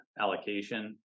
allocation